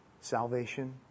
salvation